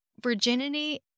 virginity